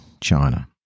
China